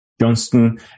Johnston